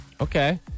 Okay